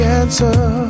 answer